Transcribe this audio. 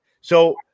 So-